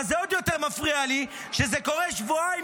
אבל זה עוד יותר מפריע לי שזה קורה שבועיים